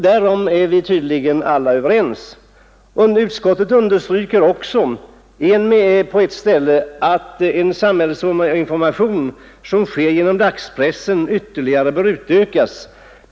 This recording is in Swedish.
Därom är vi tydligen alla överens. Utskottsmajoriteten anför också: ”Den samhällsinformation som sker genom annonsering i dagspressen bör enligt utskottets mening ytterligare utökas.